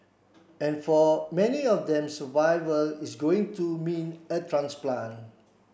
and for many of them survival is going to mean a transplant